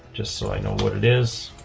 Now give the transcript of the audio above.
just so i know what it is.